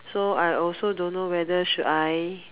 so I also don't know whether should I